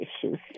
issues